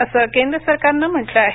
असं केंद्र सरकारनं म्हटलं आहे